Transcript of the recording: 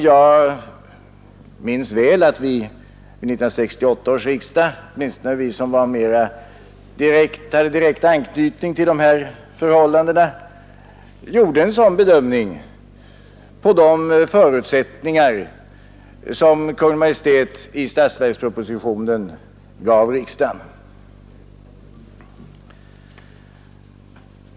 Jag minns väl att 1968 års riksdag, åtminstone vi som hade mera direkt anknytning till dessa förhållanden, gjorde en sådan bedömning på de förutsättningar som Kungl. Maj:t i statsverkspropositionen gav riksdagen.